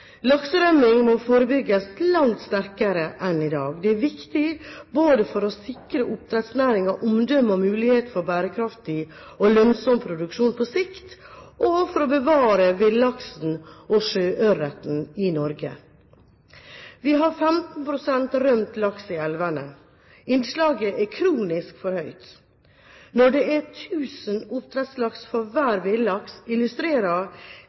Lakserømming må forebygges langt sterkere enn i dag. Det er viktig både for å sikre oppdrettsnæringens omdømme og mulighet for bærekraftig og lønnsom produksjon på sikt, og for å bevare villaksen og sjøørreten i Norge. Vi har 15 pst. rømt laks i elvene. Innslaget er kronisk for høyt. Når det er 1 000 oppdrettslaks for